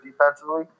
defensively